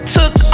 Took